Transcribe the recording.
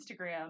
Instagram